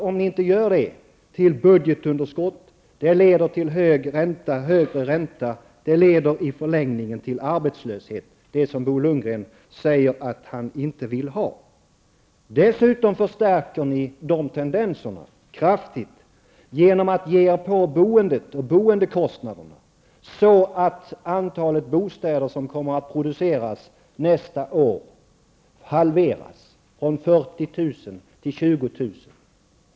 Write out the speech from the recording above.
Om ni inte finansierar dem leder det till budgetunderskott, till högre ränta och i förlängningen till arbetslöshet, det som Bo Lundgren säger att han inte vill ha. Dessutom förstärker ni de tendenserna kraftigt genom att ge er på boendet och boendekostnaderna, så att antalet bostäder som kommer att produceras nästa år halveras. Antalet minskar från 40 000 till 20 000.